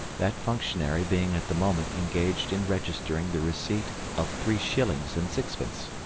that functionary being at the moment engaged in registering the receipt of three shillings and sixpence.